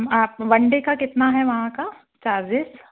आप one day का कितना है वहाँ के चार्जेस